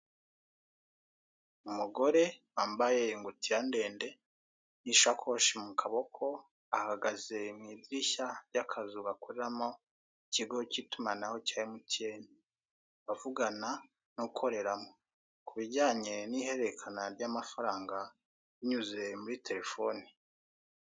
Umugore wambaye ingutiya ndende n'isakoshi mu kaboko ahagaze mu idirishya ry'akazu gakoreramo ikigo k'itumanaho cya emutiyene avugana n'ukoreramo kubijyanye n'ihererekana ry'amafaranga anyuze kuri terefone.